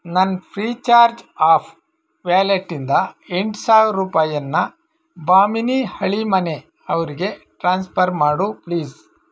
ನನ್ನ ಫ್ರೀಚಾರ್ಜ್ ಆಫ್ ವ್ಯಾಲೆಟ್ಟಿಂದ ಎಂಟು ಸಾವಿರ ರೂಪಾಯಿಯನ್ನ ಭಾಮಿನಿ ಹಳೀಮನೆ ಅವರಿಗೆ ಟ್ರಾನ್ಸ್ಫರ್ ಮಾಡು ಪ್ಲೀಸ್